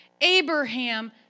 Abraham